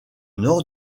nord